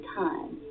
time